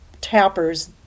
tappers